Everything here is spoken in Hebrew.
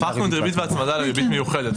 הפכנו את ריבית והצמדה לריבית מיוחדת.